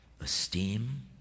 esteem